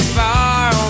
far